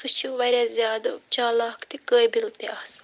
سُہ چھُ واریاہ زیادٕ چالاک تہِ قابِل تہِ آسان